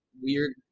Weird